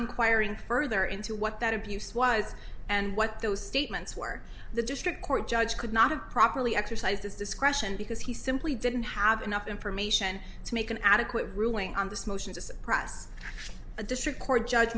inquiring further into what that abuse was and what those statements were the district court judge could not have properly exercised his discretion because he simply didn't have enough information to make an adequate ruling on this motion to suppress a district court judge